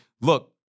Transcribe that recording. Look